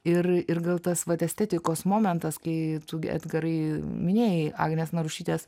ir ir gal tas vat estetikos momentas kai tu gi edgarai minėjai agnės narušytės